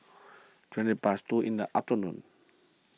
twenty past two in the afternoon